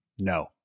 No